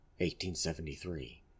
1873